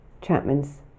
Chapman's